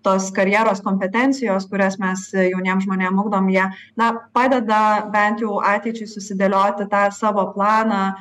tos karjeros kompetencijos kurias mes jauniem žmonėm ugdom jie na padeda bent jau ateičiai susidėlioti tą savo planą